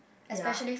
ya